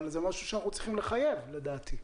זה משהו שאנחנו צריכים לחייב לדעתי.